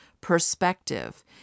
perspective